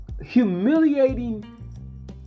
humiliating